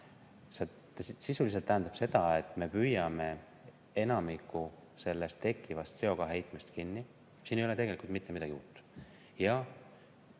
See sisuliselt tähendab seda, et me püüame enamiku sellest tekkivast CO2‑heitmest kinni. Siin ei ole tegelikult mitte midagi uut.